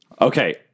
Okay